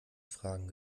fragen